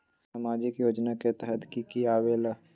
समाजिक योजना के तहद कि की आवे ला?